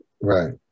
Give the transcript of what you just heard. Right